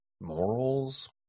morals